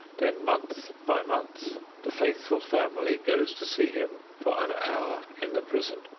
then month by month the faithful family goes to see him for an hour in the prison,